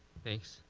thanks.